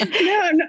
No